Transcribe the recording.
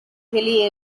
hilly